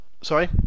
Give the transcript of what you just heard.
Sorry